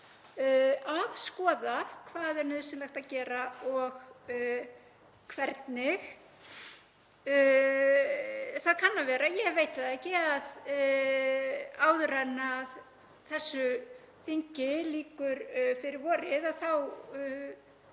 að skoða hvað er nauðsynlegt að gera og hvernig. Það kann að vera, ég veit það ekki, að áður en þessu þingi lýkur fyrir vorið sé